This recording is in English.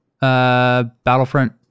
Battlefront